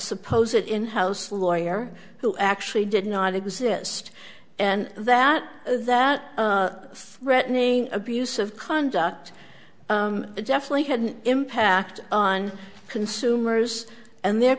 suppose it in house lawyer who actually did not exist and that that threatening abusive conduct definitely had an impact on consumers and their